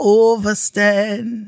overstand